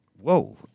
Whoa